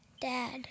dad